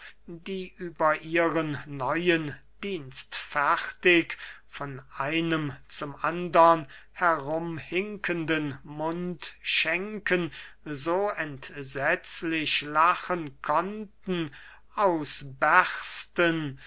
die über ihren neuen dienstfertig von einem zum andern herum hinkenden mundschenken so entsetzlich lachen konnten ausbersten